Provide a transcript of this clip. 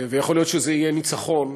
ויכול להיות שזה יהיה ניצחון,